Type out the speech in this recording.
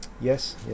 Yes